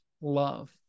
love